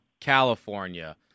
California